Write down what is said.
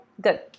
Good